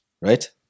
right